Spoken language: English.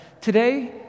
Today